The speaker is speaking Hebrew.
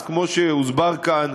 אז כמו שהוסבר כאן,